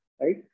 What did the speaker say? right